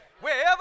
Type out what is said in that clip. Wherever